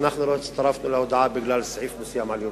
אנחנו לא הצטרפנו להודעה בגלל סעיף מסוים על ירושלים,